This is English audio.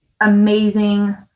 amazing